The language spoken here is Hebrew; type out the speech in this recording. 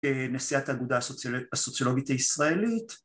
‫כנשיאת האגודה הסוציולוגית הישראלית.